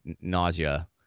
nausea